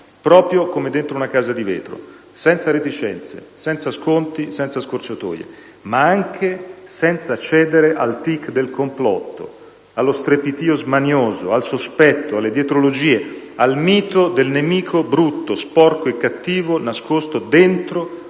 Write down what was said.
proprio come dentro una casa di vetro, senza reticenze, senza sconti e senza scorciatoie, ma anche senza cedere al tic del complotto, allo strepitio smanioso, al sospetto, alle dietrologie, al mito del nemico brutto, sporco e cattivo nascosto dentro ogni avversario